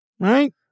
Right